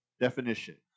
definition